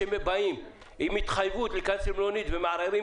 מה שראיתם בחלק הראשון זה הטיסות הציבוריות ובחלק השני